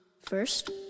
First